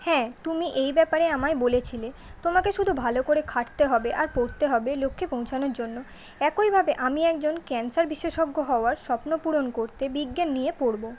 হ্যাঁ তুমি এই ব্যাপারে আমায় বলেছিলে তোমাকে শুধু ভালো করে খাটতে হবে আর পড়তে হবে লক্ষ্যে পৌঁছনোর জন্য একইভাবে আমি একজন ক্যান্সার বিশেষজ্ঞ হওয়ার স্বপ্ন পূরণ করতে বিজ্ঞান নিয়ে পড়বো